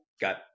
got